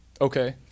Okay